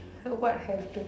so what sentence